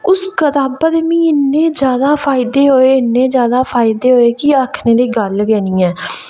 उस कताब दे मिगी इन्ने जैदा फायदे होए इन्ने जैदा फायदे होए कि आखनेदी गल्ल गै निं ऐ